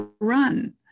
run